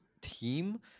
team